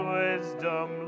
wisdom